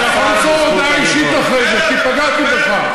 אתה יכול למסור הודעה אישית אחרי זה, כי פגעתי בך.